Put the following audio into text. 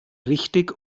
richtig